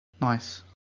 Nice